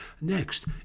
Next